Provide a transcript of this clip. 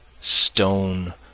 stone